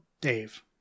Dave